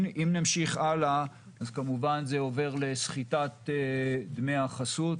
כמובן זה עובר לסחיטת דמי החסות,